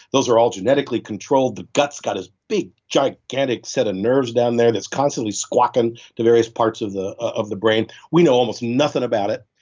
those are all genetically controlled the gut's got a big, gigantic set of nerves down there that's constantly squawking to various parts of the of the brain. we know almost nothing about it.